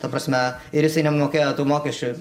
ta prasme ir jisai nemokėjo tų mokesčių